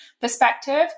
perspective